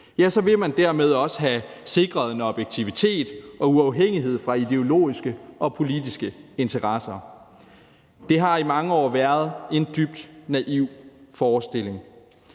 så vil man dermed også have sikret en objektivitet og uafhængighed fra ideologiske og politiske interesser. Det har i mange år været en dybt naiv forestilling.